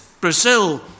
Brazil